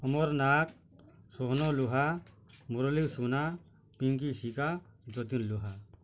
ମୋର ନାଁ ସୋହନ ଲୋହା ମୁରଲୀ ସୋନା ପିଙ୍କି ଶିଖା ଜ୍ୟୋତୀର ଲୋହା